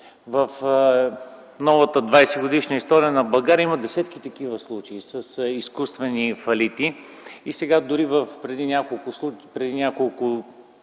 в новата 20-годишна история на България има десетки такива случаи с изкуствени фалити.